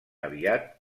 aviat